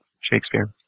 Shakespeare